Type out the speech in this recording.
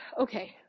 okay